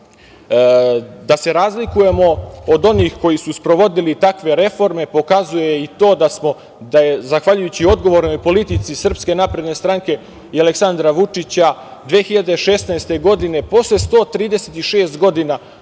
se razlikujemo od onih koji su sprovodili takve reforme, pokazuje i to da je zahvaljujući odgovornoj politici SNS i Aleksandra Vučića 2016. godine, posle 136 godina,